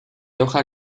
hoja